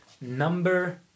Number